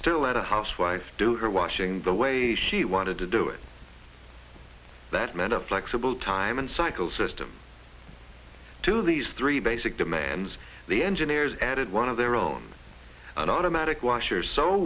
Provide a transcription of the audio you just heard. still at a housewife do her washing the way she wanted to do it that meant a flexible time and cycle system to these three basic demands the engineers added one of their own an automatic washer so